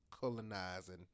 colonizing